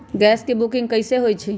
Gas के booking कैसे होईछई?